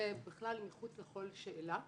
זה בכלל מחוץ לכל שאלה,